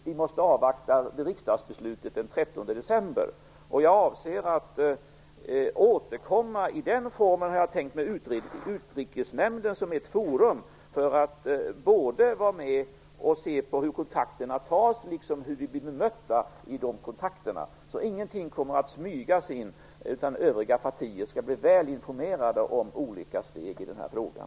Vi måste avvakta riksdagsbeslutet den 13 december. Jag avser att återkomma. I den frågan har jag tänkt mig Utrikesnämnden som ett forum, för att se på både hur kontakterna tas och hur vi blir bemötta vid de kontakterna. Ingenting kommer alltså att smygas in - övriga partier skall bli väl informerade om olika steg i den här frågan.